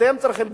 אתם צריכים,